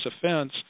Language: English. offense